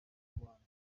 rwanda